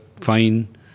fine